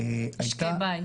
-- משקי בית.